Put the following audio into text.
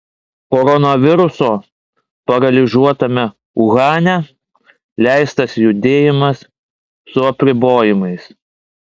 koronaviruso paralyžiuotame uhane leistas judėjimas su apribojimais